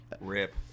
Rip